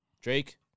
Drake